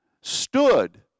stood